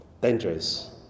dangerous